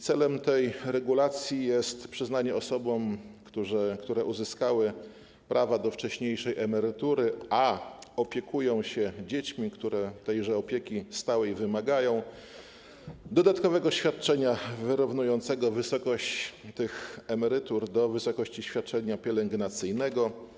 Celem tej regulacji jest przyznanie osobom, które uzyskały prawo do wcześniejszej emerytury, a opiekują się dziećmi, które tejże opieki stałej wymagają, dodatkowego świadczenia wyrównującego wysokość tych emerytur do wysokości świadczenia pielęgnacyjnego.